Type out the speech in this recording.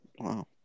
wow